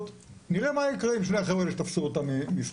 נראה מה יקרה עם שני החבר'ה האלה שתפסו משניר.